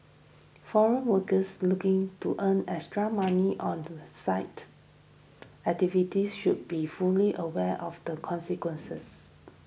foreign workers looking to earn extra money on the side activities should be fully aware of the consequences